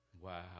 Wow